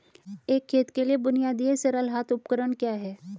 एक खेत के लिए बुनियादी या सरल हाथ उपकरण क्या हैं?